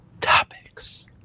Topics